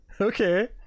okay